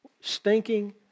stinking